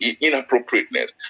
inappropriateness